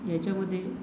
याच्यामध्ये